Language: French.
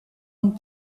ont